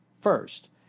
first